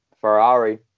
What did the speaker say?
Ferrari